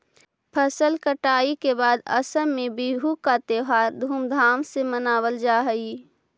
फसल कटाई के बाद असम में बिहू का त्योहार धूमधाम से मनावल जा हई